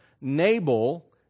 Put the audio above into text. Nabal